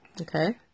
Okay